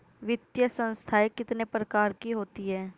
वित्तीय संस्थाएं कितने प्रकार की होती हैं?